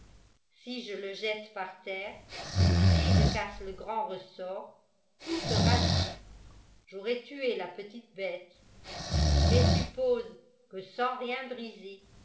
si je le jette par terre si je casse le grand ressort tout sera dit j'aurai tué la petite bête mais suppose que sans rien briser